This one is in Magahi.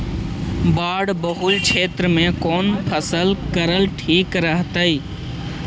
बाढ़ बहुल क्षेत्र में कौन फसल करल ठीक रहतइ?